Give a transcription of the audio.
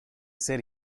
ser